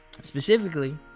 Specifically